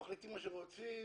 מחליטים מה שרוצים,